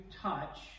touch